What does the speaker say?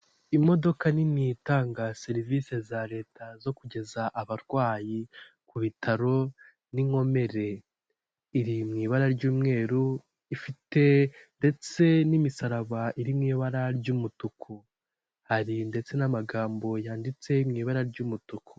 Imodoka nini itanga serivisi za leta zo kugeza abarwayi ku bitaro n'inkomere, iri mu ibara ry'umweru ifite ndetse n'imisaraba iri mu ibara ry'umutuku, hari ndetse n'amagambo yanditse mu ibara ry'umutuku.